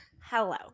Hello